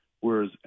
Whereas